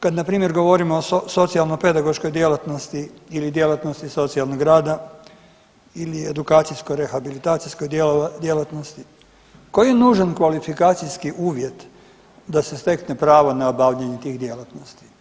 Kad na primjer govorimo o socijalno-pedagoškoj djelatnosti ili djelatnosti socijalnog rada ili edukacijsko rehabilitacijskoj djelatnosti koji je nužan kvalifikacijski uvjet da se stekne pravo na obavljanje tih djelatnosti.